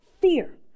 fear